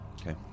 Okay